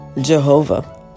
Jehovah